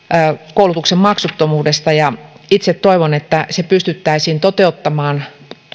koulutuksen maksuttomuudesta ja itse toivon että se pystyttäisiin toteuttamaan